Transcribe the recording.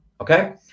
Okay